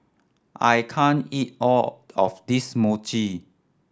I can't eat all of this Mochi